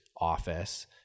office